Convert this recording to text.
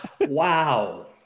Wow